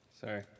Sorry